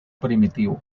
primitivo